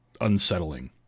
unsettling